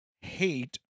hate